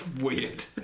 weird